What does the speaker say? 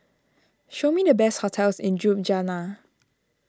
show me the best hotels in Ljubljana